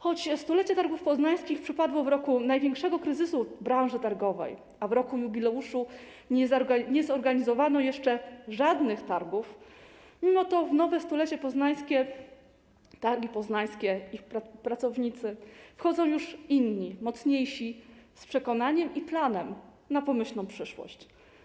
Choć 100-lecie targów poznańskich przypadło w roku największego kryzysu branży targowej, a w roku jubileuszu nie zorganizowano jeszcze żadnych targów, w nowe 100-lecie poznańskie targi i ich pracownicy wchodzą już inni, mocniejsi, z przekonaniem i planem na pomyślną przyszłość.